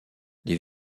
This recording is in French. les